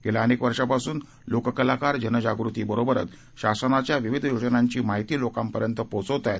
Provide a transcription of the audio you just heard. गेल्या अनेक वर्षापासून लोककलाकार जनजागृती बरोबर शासनाच्या विविध योजनांची माहिती लोकांपर्यंत पोहोचवत आहेत